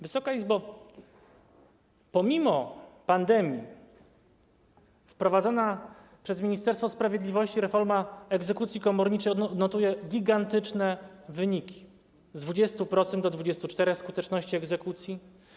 Wysoka Izbo, pomimo pandemii wprowadzona przez Ministerstwo Sprawiedliwości reforma egzekucji komorniczej notuje gigantyczne wyniki - z 20% do 24% skuteczności egzekucji.